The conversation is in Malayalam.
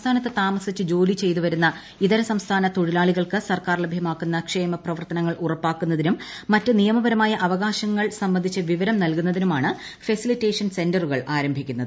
സംസ്ഥാനത്ത് താമസിച്ച് ജോലി ചെയ്തു വരുന്ന ഇതര സംസ്ഥാന തൊഴിലാളികൾക്ക് സർക്കാർ ലഭൃമാക്കുന്ന ക്ഷേമ പ്രവർത്തനങ്ങൾ ഉറപ്പാക്കുന്നതിനും മറ്റ് നിയമപരമായ അവകാശങ്ങൾ സംബന്ധിച്ച് വിവരം നൽകുന്നതിനുമാണ് ഫെസിലിറ്റേഷൻ സെന്ററുകൾ ആരംഭിക്കുന്നത്